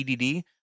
EDD